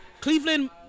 Cleveland